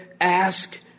ask